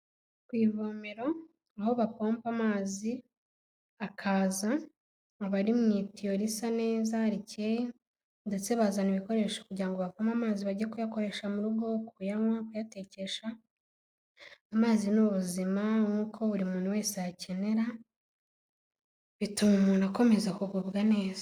Ku ivomeraro aho bapompa amazi akaza, aba ari mu itiyo risa neza rikeya ndetse bazana ibikoresho kugira ngo bavome amazi bage kuyakoresha mu rugo, kuyanywa, kuyatekesha, amazi n'ubuzima nk'uko buri muntu wese ayakenera bituma umuntu akomeza kugubwa neza.